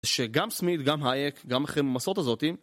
שגם סמית, גם הייק, גם אחרי ממסורת הזאת